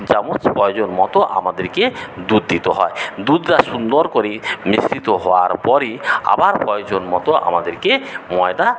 দু চামচ প্রয়োজন মতো আমাদেরকে দুধ দিতে হয় দুধটা সুন্দর করে মিশ্রিত হওয়ার পরে আবার প্রয়োজনমতো আমাদেরকে ময়দা